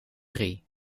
drie